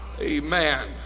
Amen